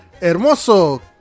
Hermoso